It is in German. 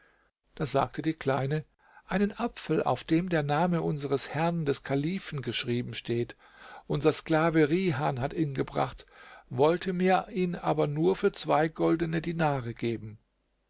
da sagte die kleine einen apfel auf dem der name unseres herrn des kalifen geschrieben steht unser sklave rihan hat ihn gebracht wollte mir ihn aber nur für zwei goldene dinare geben